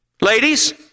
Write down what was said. Ladies